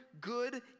good